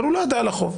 אבל הוא לא ידע על החוב,